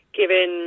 given